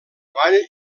vall